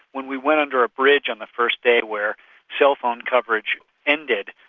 when we went under a bridge on the first day where cellphone coverage ended,